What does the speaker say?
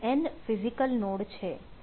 અહીં N physical node છે